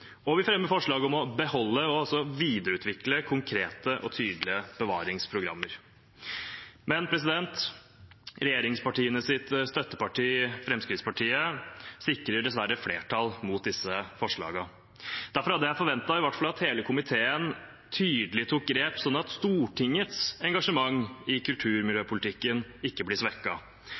Vi fremmer også forslag om å beholde og videreutvikle konkrete og tydelige bevaringsprogrammer. Men regjeringspartienes støtteparti, Fremskrittspartiet, sikrer dessverre flertall imot disse forslagene. Derfor hadde jeg i hvert fall forventet at hele komiteen tydelig tok grep slik at Stortingets engasjement i kulturmiljøpolitikken ikke blir